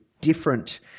different